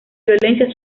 violencia